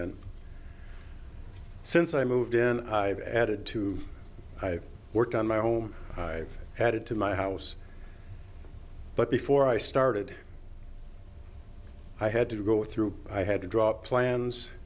and since i moved in i've added two i worked on my home i added to my house but before i started i had to go through i had to draw up plans